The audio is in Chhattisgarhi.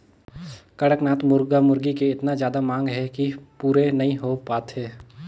कड़कनाथ मुरगा मुरगी के एतना जादा मांग हे कि पूरे नइ हो पात हे